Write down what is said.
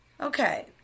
Okay